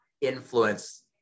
influence